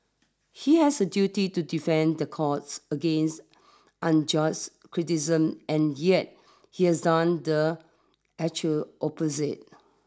he has a duty to defend the courts against unjust criticism and yet he has done the actual opposite